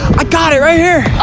ah got it right here!